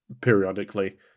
periodically